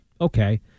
okay